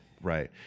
right